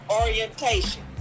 orientation